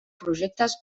projectes